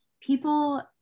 people